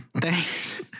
Thanks